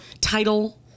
title